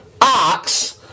ox